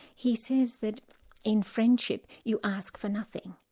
he says that in friendship you ask for nothing,